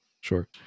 Sure